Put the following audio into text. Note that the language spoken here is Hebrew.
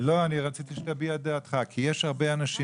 רציתי שתביע את דעתך כי יש הרבה אנשים